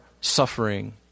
suffering